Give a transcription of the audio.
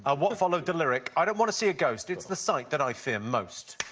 ah what followed the lyric, i don't want to see a ghost, it's the sight that i fear most.